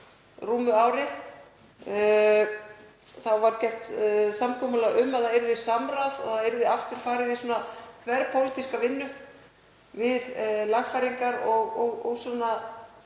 rúmu ári. Þá var gert samkomulag um að það yrði samráð og aftur farið í þverpólitíska vinnu við lagfæringar og